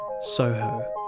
Soho